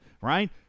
Right